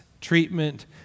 treatment